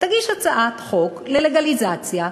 תגיש הצעת חוק ללגליזציה,